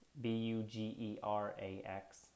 B-U-G-E-R-A-X